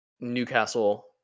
Newcastle